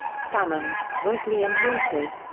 salmon, wesley and wolters,